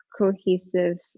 cohesive